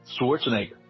Schwarzenegger